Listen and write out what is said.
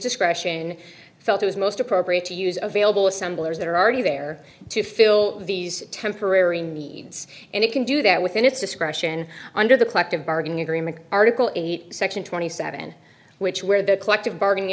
discretion felt it was most appropriate to use of vailable assemblers that are already there to fill these temporary needs and it can do that within its discretion under the collective bargaining agreement article in section twenty seven which where the collective bargaining